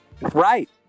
Right